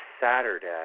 Saturday